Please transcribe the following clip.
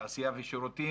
תעשייה ושירותים